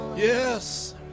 Yes